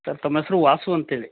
sir ತಮ್ಮ ಹೆಸ್ರು ವಾಸು ಅಂತೇಳಿ